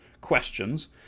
questions